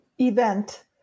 event